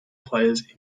players